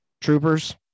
troopers